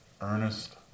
earnest